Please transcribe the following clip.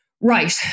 right